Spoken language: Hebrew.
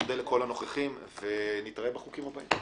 תודה רבה, נתראה בחוקים הבאים.